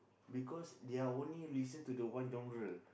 because they're only listen to the one genre